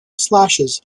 slashes